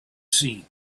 seen